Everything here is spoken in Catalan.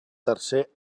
tercer